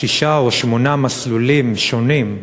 שישה או שמונה מסלולים שונים,